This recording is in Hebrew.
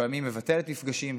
לפעמים מבטלת מפגשים,